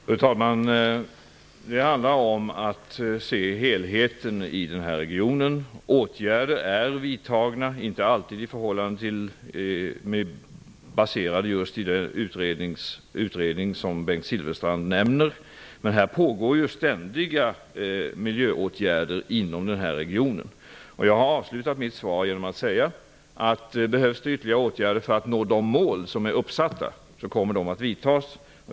Fru talman! Det handlar om att se helheten. Åtgärder är vidtagna, även om de inte alltid är baserade på just den utredning som Bengt Silfverstrand nämner. Det vidtas ständigt miljöåtgärder inom den här aktuella regionen. Jag avslutade mitt svar genom att säga att om det behövs ytterligare åtgärder för att nå de mål som är uppsatta, kommer åtgärder att vidtas.